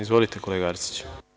Izvolite, kolega Arsiću.